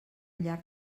llarg